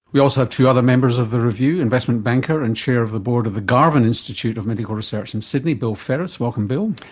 we also have two other members of the review, investment banker and chair of the board of the garvan institute of medical research in sydney, bill ferris, welcome bill.